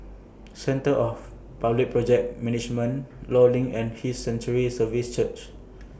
Centre of Public Project Management law LINK and His Sanctuary Services Church